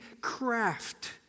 craft